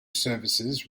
services